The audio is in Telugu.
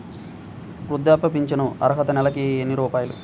వృద్ధాప్య ఫింఛను అర్హత నెలకి ఎన్ని రూపాయలు?